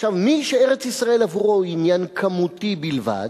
עכשיו, מי שארץ-ישראל עבורו הוא עניין כמותי בלבד,